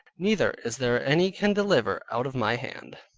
neither is there any can deliver out of my hand.